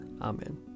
Amen